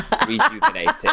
rejuvenated